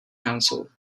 council